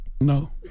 No